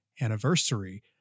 anniversary